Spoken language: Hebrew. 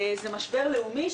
זה משבר לאומי,